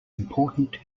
important